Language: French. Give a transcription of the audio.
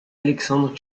alexandre